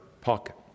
pocket